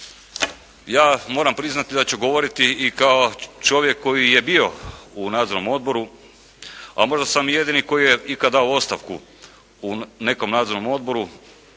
Ja moram priznati da ću govoriti i kao čovjek koji je bio u nadzornom odboru, a možda sam i jedini koji je ikad dao ostavku u nekom nadzornom odboru.